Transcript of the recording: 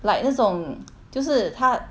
like 那种就是她